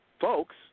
folks